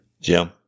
Jim